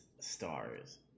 stars